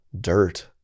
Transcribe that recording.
dirt